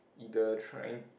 either trying